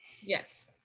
yes